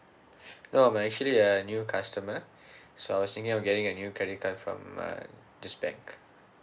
no I'm actually a new customer so I was thinking of getting a new credit card from uh this bank